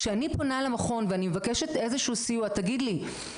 כשאני פונה למכון ואני מקשת איזשהו סיוע "תגיד לי,